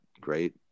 great